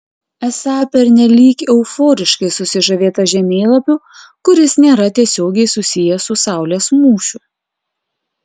esą pernelyg euforiškai susižavėta žemėlapiu kuris nėra tiesiogiai susijęs su saulės mūšiu